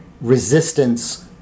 resistance